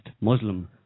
Muslim